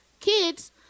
Kids